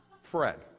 Fred